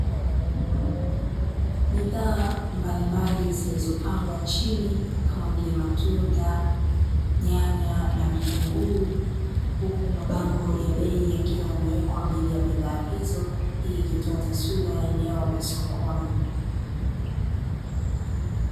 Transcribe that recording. Bidhaa mbalimbali zilizopangwa chini kama vile: matunda, nyanya na vitunguu; huku mabango ya bei yakiwa yamewekwa mbele ya bidhaa hizo, hii ikitoa taswira ya eneo la sokoni.